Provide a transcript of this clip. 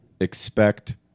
expect